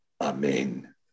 Amen